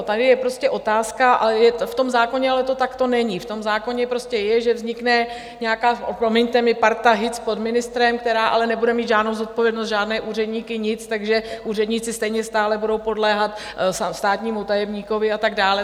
Tady je prostě otázka ale v tom zákoně to takto není, v tom zákoně prostě je, že vznikne nějaká, promiňte mi, parta hic pod ministrem, která ale nebude mít žádnou zodpovědnost, žádné úředníky, nic, takže úředníci stejně stále budou podléhat státnímu tajemníkovi a tak dále.